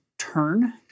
turn